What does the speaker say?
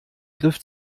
griff